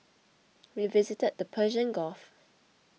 we visited the Persian Gulf